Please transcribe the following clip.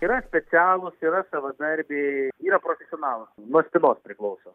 yra specialūs yra savadarbiai yra profesionalūs nuo spynos priklauso